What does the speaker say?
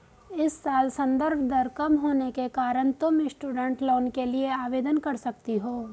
इस साल संदर्भ दर कम होने के कारण तुम स्टूडेंट लोन के लिए आवेदन कर सकती हो